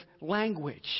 language